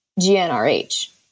GNRH